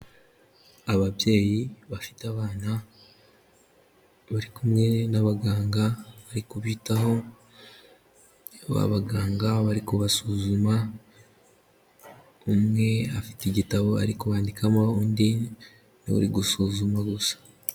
Ababyeyi bafite abana bari kumwe n'abaganga bari kubitaho, abaganga bari kubasuzuma umwe afite igitabo ari ku bandikamo undi niwe uri gusuzuma gusa.